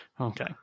Okay